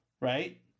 right